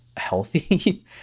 healthy